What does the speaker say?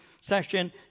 session